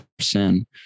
sin